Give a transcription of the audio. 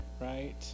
right